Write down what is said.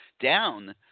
down